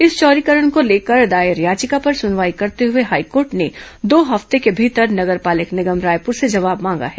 इस चौड़ीकरण को लेकर दायर याचिका पर सुनवाई करते हुए हाईकोर्ट ने दो हफ्ते के भीतर नगर पालिक निगम रायपुर से जवाब मांगा है